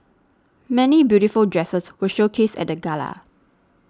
many beautiful dresses were showcased at the gala